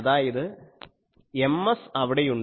അതായത് Ms അവിടെ ഉണ്ട്